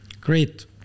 Great